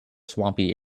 swampy